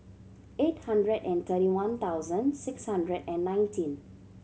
eight hundred and thirty one thousand six hundred and nineteen